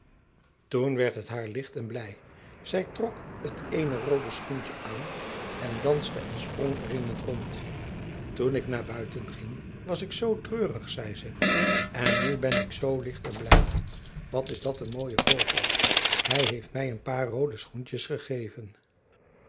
toen werd het haar licht en blij zij trok het eene roode schoentje aan en danste en sprong er in rond toen ik naar buiten ging was ik zoo treurig zei ze en nu ben ik zoo licht en blij wat is dat een mooie vogel hij heeft mij een paar roode schoentjes gegeven